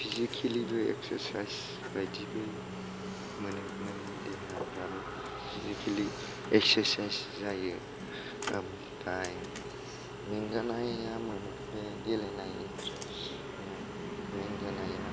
फिजिकेलिबो exercise बायदिबो मोनो नोंनि देहाफ्राबो फिजिकेलि एक्सारसाइज जायो ओमफ्राय मोंगानाया मोनो गेलेनाय इन्ट्रेसनो मेंगानाया